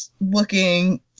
looking